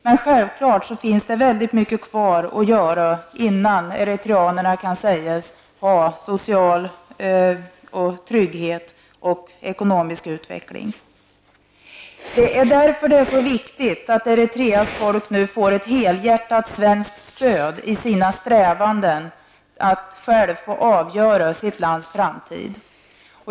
Men självfallet finns det väldigt mycket kvar att göra innan eritreanerna kan sägas ha fått social trygghet och ekonomisk utveckling. Det är därför som det är så viktigt att Eritreas folk nu får ett helhjärtat svenskt stöd i sina strävanden att självt få avgöra sitt lands framtid.